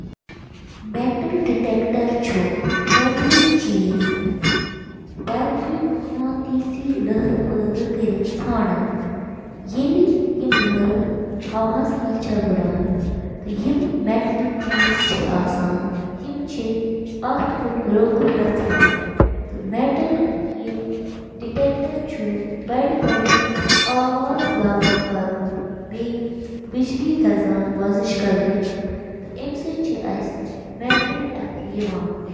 Washing machine چھِ washer کہِ ناوٕ سۭتۍ تہِ زاننہٕ یِوان سۄ مِشیٖن یۄس گنٛدٕ پَلو چھِ واتناوان۔ اَتھ منٛز چھِ اکھ بیرل یَتھ منٛز پلو چھِ تھاونہٕ یِوان۔